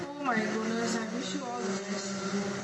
oh my goodness I wish you all the best